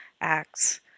acts